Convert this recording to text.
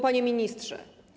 Panie Ministrze!